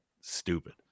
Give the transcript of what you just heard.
stupid